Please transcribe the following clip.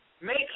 make